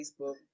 Facebook